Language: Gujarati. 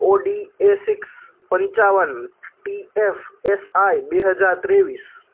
ઓડી એ સિક્સ પંચાવન પી એફ એસ આઈ બે હજાર ત્રેવીસ